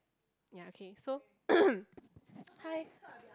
so hi